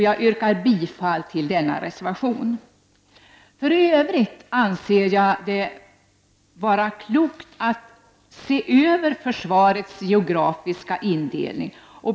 Jag yrkar bifall till denna reservation. För övrigt anser jag att det skulle vara klokt att se över försvarets geografiska indelning.